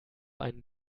ein